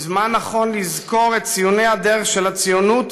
היא זמן נכון לזכור את ציוני הדרך של הציונות,